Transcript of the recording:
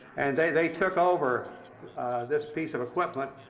and they they took over this piece of equipment,